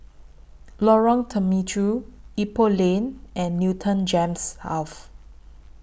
Lorong Temechut Ipoh Lane and Newton Gems